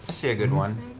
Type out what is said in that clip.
see a good one.